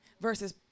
versus